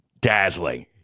dazzling